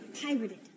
pirated